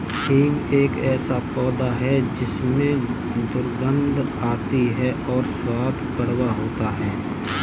हींग एक ऐसा पौधा है जिसमें दुर्गंध आती है और स्वाद कड़वा होता है